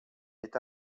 est